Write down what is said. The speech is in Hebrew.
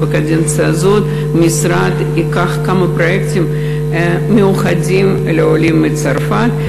בקדנציה הזאת המשרד ייקח כמה פרויקטים מיוחדים לעולים מצרפת.